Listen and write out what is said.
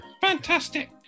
Fantastic